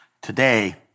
today